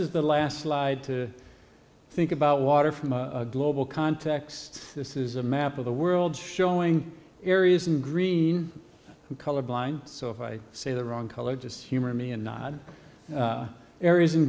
is the last slide to think about water from a global context this is a map of the world showing areas in green colorblind so if i say the wrong color just humor me and not areas in